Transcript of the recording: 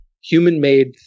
human-made